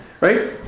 Right